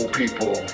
people